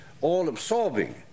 all-absorbing